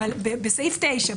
אבל בסעיף 9,